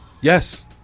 Yes